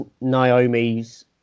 Naomi's